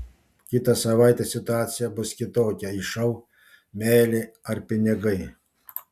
kitą savaitę situacija bus kitokia į šou meilė ar pinigai